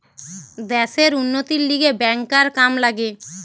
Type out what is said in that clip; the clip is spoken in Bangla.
দ্যাশের উন্নতির লিগে ব্যাংকার কাম লাগে